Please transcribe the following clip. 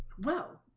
well